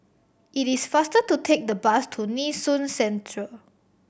it is faster to take the bus to Nee Soon Central